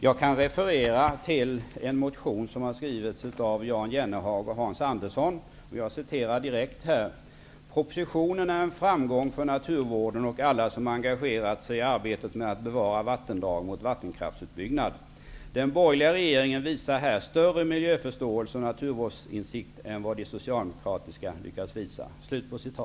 Jag kan citera ur motion Bo23 som har skrivits av ''Propositionen är en framgång för naturvården och alla som engagerat sig i arbetet med att bevara vattendrag mot vattenkraftsutbyggnad. Den borgerliga regeringen visar här större miljöförståelse och naturvårdsinsikt än vad de socialdemokratiska lyckats visa.''